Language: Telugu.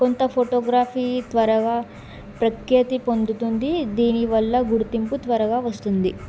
కొంత ఫోటోగ్రఫీ త్వరగా ప్రఖ్యాతి పొందుతుంది దీనివల్ల గుర్తింపు త్వరగా వస్తుంది